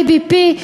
ABP,